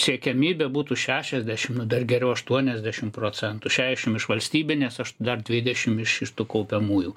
siekiamybė būtų šešiasdešimt dar geriau aštuoniasdešimt procentų šešiasdešimt iš valstybinės aš dar dvidešimt iš tų kaupiamųjų